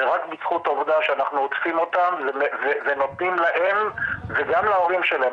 ורק בזכות העובדה שאנחנו עוטפים אותם ונותנים להם וגם להורים שלהם,